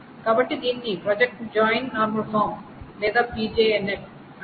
కాబట్టి దీనిని project join normal form లేదా పిజెఎన్ఎఫ్ అంటారు